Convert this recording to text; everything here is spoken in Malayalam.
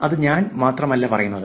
അത് ഞാൻ മാത്രമല്ല പറയുന്നത്